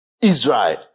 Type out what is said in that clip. Israel